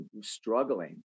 struggling